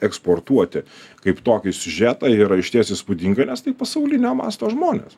eksportuoti kaip tokį siužetą yra išties įspūdinga nes tai pasaulinio masto žmonės